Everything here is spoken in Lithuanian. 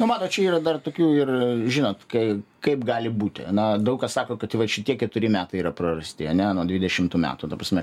nu matot čia yra dar tokių ir žinot kai kaip gali būti na daug kas sako kad vat šitie keturi metai yra prarasti ane nuo dvidešimtų metų ta prasme